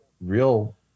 real